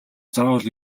заавал